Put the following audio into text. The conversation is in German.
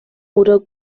oder